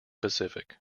pacific